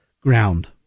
ground